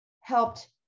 helped